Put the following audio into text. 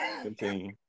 Continue